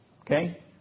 Okay